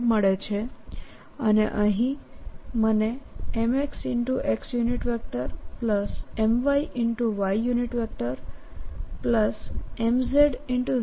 મળે છે અને અહીં મને mxxmyymzzm અને 3m